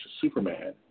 Superman